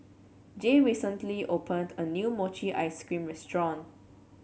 Jay recently opened a new Mochi Ice Cream restaurant